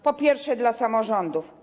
Po pierwsze, dla samorządów.